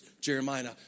Jeremiah